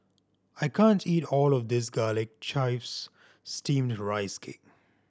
I can't eat all of this Garlic Chives Steamed Rice Cake